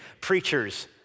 preachers